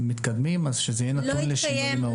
אז שזה יהיה נתון לשינויים מהותיים.